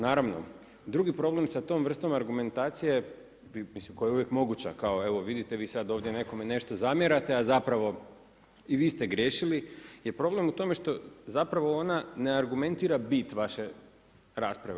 Naravno, drugi problem sa tom vrstom argumentacije, koji je uvijek moguća, kao, evo vidite vi sad ovdje nekome nešto zamjerate, a zapravo i vi ste griješili, je problem u tome što, zapravo ona ne argumentira bit vaše rasprave.